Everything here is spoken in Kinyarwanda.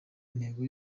intego